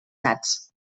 nats